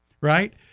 right